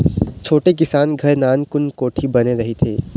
छोटे किसान घर नानकुन कोठी बने रहिथे